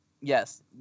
Yes